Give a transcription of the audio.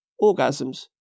orgasms